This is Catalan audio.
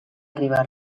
riba